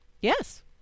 Yes